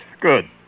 Good